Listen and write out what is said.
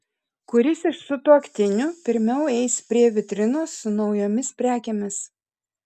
kuris iš sutuoktinių pirmiau eis prie vitrinos su naujomis prekėmis